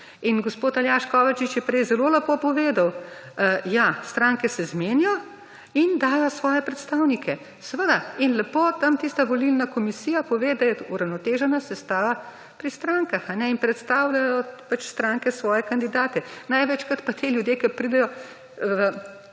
In gospod Aljaž Kovačič je prej zelo lepo povedal, ja, stranke se zmenijo in dajo svoje predstavnike, seveda in lepo tam tista volilna komisija pove, da je uravnotežena sestava pri strankah. In predstavljajo pač stranke svoje kandidate. Največkrat pa ti ljudje, ki pridejo v